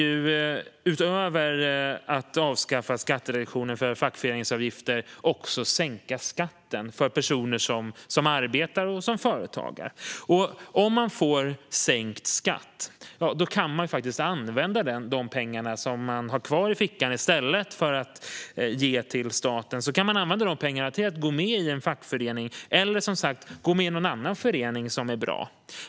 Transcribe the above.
Utöver att avskaffa skattereduktionen för fackföreningsavgifter vill vi också sänka skatten för personer som arbetar och för företagare. Om man får sänkt skatt kan man använda de pengar man får kvar till att gå med i en fackförening eller i någon annan förening som är bra.